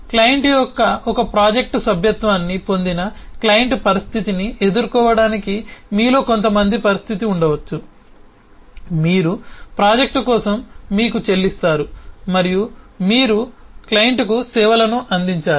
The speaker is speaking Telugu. క్లయింట్ ఒక ప్రాజెక్ట్కు సభ్యత్వాన్ని పొందిన క్లయింట్ పరిస్థితిని ఎదుర్కోవటానికి మీలో కొంతమంది పరిస్థితి ఉండవచ్చు మీరు ప్రాజెక్ట్ కోసం మీకు చెల్లిస్తారు మరియు మీరు క్లయింట్ కు సేవలను అందించాలి